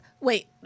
wait